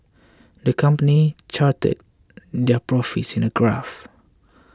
the company charted their profits in a graph